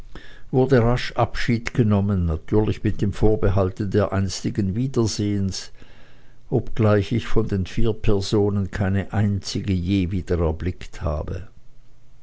wurde rasch abschied genommen natürlich mit dem vorbehalte dereinstigen wiedersehens obgleich ich von den vier personen keine einzige je wieder erblickt habe